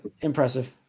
Impressive